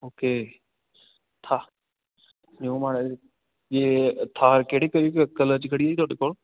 okay ਥਾ new model ਇਹ ਥਾਰ ਕਿਹੜੇ ਕਿਹੜੇ ਕਲਰ 'ਚ ਖੜ੍ਹੀ ਹੈ ਜੀ ਤੁਹਾਡੇ ਕੋਲ